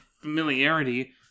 familiarity